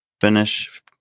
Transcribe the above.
Finish